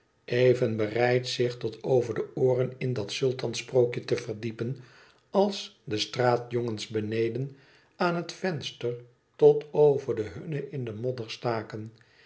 even bereid zich tot over ie ooren in dat sultans sprookje te verdiepen als de straatjongens beneden aan het venster tot over de hunne in de modder staken